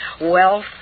Wealth